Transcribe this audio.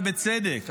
ובצדק,